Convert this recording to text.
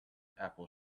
apple